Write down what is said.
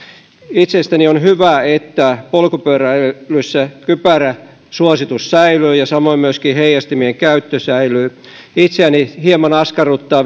itsestäni on hyvä että polkupyöräilyssä kypäräsuositus säilyy ja samoin myöskin heijastimien käyttö säilyy itseäni hieman askarruttaa